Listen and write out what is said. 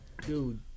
Dude